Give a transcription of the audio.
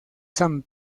san